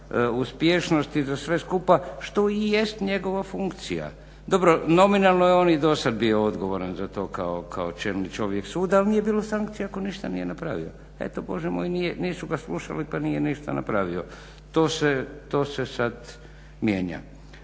za uspješnost i za sve skupa što i jest njegova funkcija. Dobro nominalno je i on dosad bio odgovoran za to kao čelni čovjek suda ali nije bilo sankcija ako ništa nije napravio. Eto Bože moj nisu ga slušali pa nije ništa napravio. To se sad mijenja.